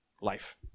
life